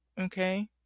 okay